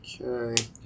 Okay